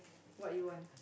what you want